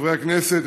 חברי הכנסת,